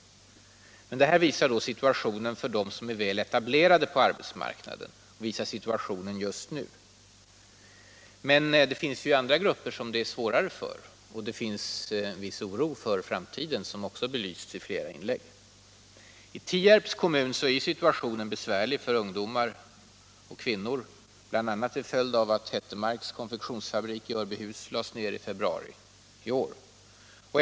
Men detta visar situationen just nu för dem som är väl etablerade på arbetsmarknaden. Det finns andra grupper som har det svårare, och det finns en viss oro för framtiden, vilket också har belysts i flera inlägg. I Tierps kommun är situationen besvärlig för ungdomar och kvinnor, bl.a. till följd av att Hettemarks konfektionsfabrik i Örbyhus lades ner i februari i år.